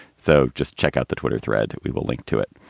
so just check out the twitter thread. we will link to it.